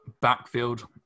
backfield